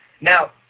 Now